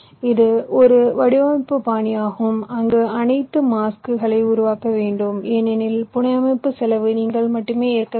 இது ஒரு வடிவமைப்பு பாணியாகும் அங்கு அனைத்து மாஸ்க்களை உருவாக்க வேண்டும் ஏனெனில் புனையமைப்பு செலவு நீங்கள் மட்டுமே ஏற்க வேண்டும்